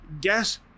guess